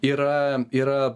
yra yra